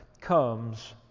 comes